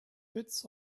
bits